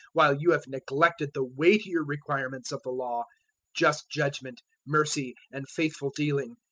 while you have neglected the weightier requirements of the law just judgement, mercy, and faithful dealing.